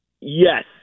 yes